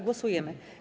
Głosujemy.